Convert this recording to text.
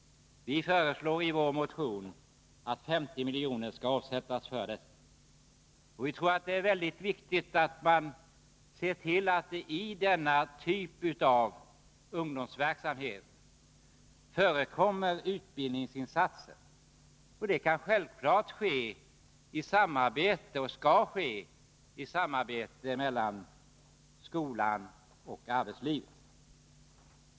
Vi föreslår i vår motion att 50 milj.kr. skall avsättas härför . Vi tror att det är viktigt att man ser till att det i denna typ av ungdomsverksamhet förekommer utbildningsinsatser. Självfallet skall detta ske i samarbete mellan skolan och arbetslivet.